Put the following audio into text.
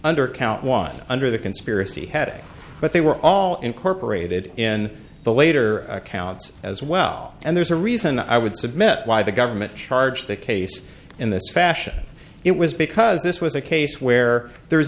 under count one under the conspiracy had but they were all incorporated in the later accounts as well and there's a reason i would submit why the government charge the case in this fashion it was because this was a case where there is